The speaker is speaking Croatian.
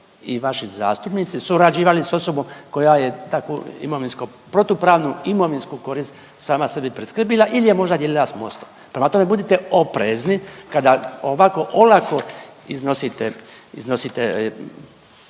i vaši zastupnici surađivali s osobom koja je takvo imovinsku protupravnu imovinsku korist sama sebi priskrbila ili je možda dijelila s Mostom. Prema tome, budite oprezni kada ovako olako iznosite